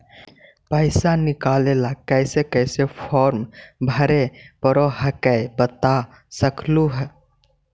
पैसा निकले ला कैसे कैसे फॉर्मा भरे परो हकाई बता सकनुह?